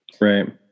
right